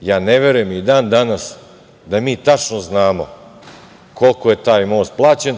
Ja ne verujem ni dan danas da mi tačno znamo koliko je taj most plaćen